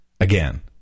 again